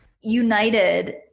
united